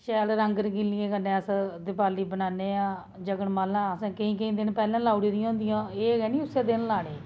शैल रंग रंगीलियें कन्नै अस दिवाली मनान्ने आं जगनमाला अ'सें केईं केईं दिन पैह्ले लाई ओड़ी दियां होंदियां एह् थोह्ड़ी अ'सें उ'स्सै दिन लानी